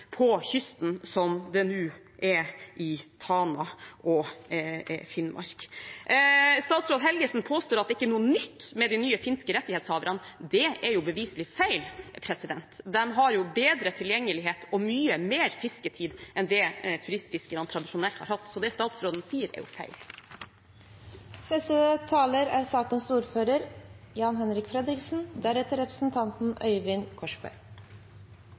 på kysten som det nå er i Tana og Finnmark. Statsråd Helgesen påstår at det ikke er noe nytt med de nye finske rettighetshaverne. Det er beviselig feil. De har jo bedre tilgjengelighet og mye mer fisketid enn det turistfiskerne tradisjonelt har hatt, så det statsråden sier, er